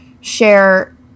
share